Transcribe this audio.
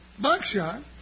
Buckshot